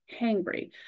hangry